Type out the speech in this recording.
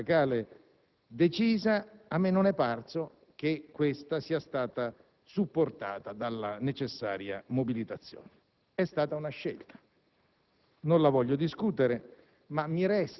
in qualche maniera richiedeva un'azione sindacale decisa, a me non è parso che questa sia stata supportata dalla necessaria mobilitazione. È stata una scelta